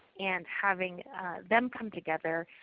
and having them come together.